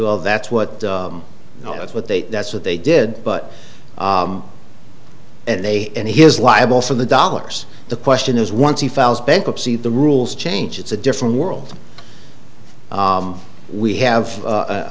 well that's what that's what they that's what they did but and they and he is liable for the dollars the question is once he files bankruptcy the rules change it's a different world we have a